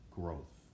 growth